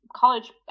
college